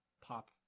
pop